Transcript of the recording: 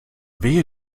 wehe